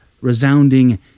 resounding